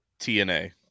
TNA